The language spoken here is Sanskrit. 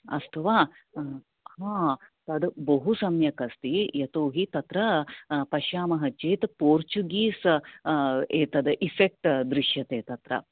अस्तु वा तद् बहु सम्यक् अस्ति यतो हि तत्र पश्यामः चेत् पोर्चुगीस् एतद् एफेक्ट् दृश्यते तत्र